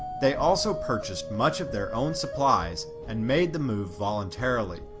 they also purchased much of their own supplies and made the move voluntarily.